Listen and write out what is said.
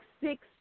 six